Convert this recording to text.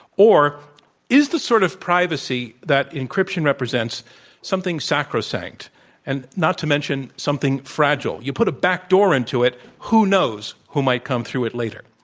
or is the sort of privacy that encryption represents something sacrosanct and not to mention something fragile? you put a backdoor into it, who knows who might come through it later?